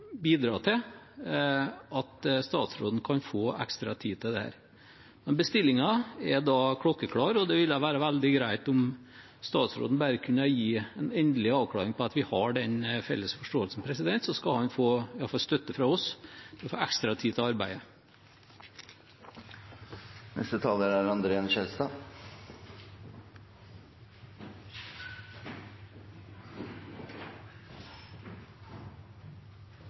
bidra til at statsråden kan få ekstra tid til dette. Men bestillingen er klokkeklar, og det ville vært veldig greit om statsråden bare kunne avklare endelig at vi har den felles forståelsen – så skal han i hvert fall få støtte fra oss til å få ekstra tid til